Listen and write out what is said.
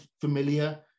familiar